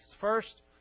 first